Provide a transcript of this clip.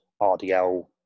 RDL